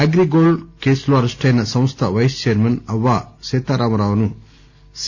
అగ్రీగోల్డ్ కేసులో అరెస్టయిన సంస్థ వైస్ చైర్మన్ అవ్వా సీతారామారావును సి